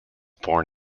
born